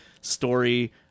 story